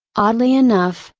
oddly enough,